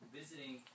visiting